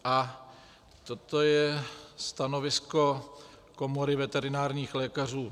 A toto je stanovisko Komory veterinárních lékařů: